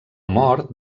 mort